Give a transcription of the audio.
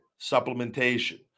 supplementation